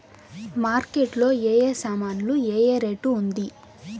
Market లో ఏ ఏ సామాన్లు ఏ ఏ రేటు ఉంది?